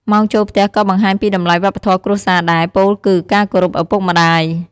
ម៉ោងចូលផ្ទះក៏បង្ហាញពីតម្លៃវប្បធម៌គ្រួសារដែរ ពោលគឺ ការគោរពឪពុកម្តាយ។